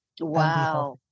Wow